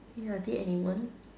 ya dead animals